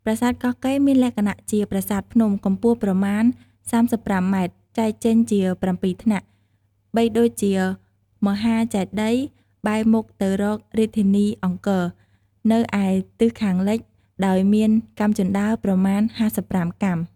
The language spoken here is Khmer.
ប្រាសាទកោះកេរ្តិ៍ មានលក្ខណៈ ជាប្រាសាទភ្នំ កំពស់ប្រមាណ៣៥ម៉ែត្រ ចែកចេញជា៧ថ្នាក់ បីដូចជាមហាចេតិយ៍បែរមុខទៅរករាជធានីអង្គរ នៅឯទិសខាងលិច ដោយមានកាំជណ្តើរប្រមាណ៥៥កាំ។